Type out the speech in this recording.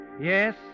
Yes